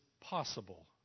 possible